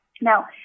Now